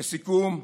לסיכום,